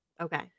Okay